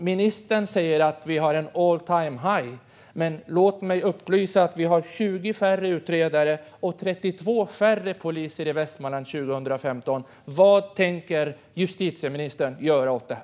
Ministern säger att vi har en all-time-high, men låt mig upplysa om att vi har 20 färre utredare och 32 färre poliser i Västmanland än 2015. Vad tänker justitieministern göra åt detta?